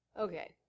Okay